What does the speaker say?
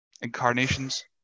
incarnations